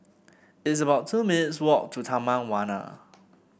it's about two minutes' walk to Taman Warna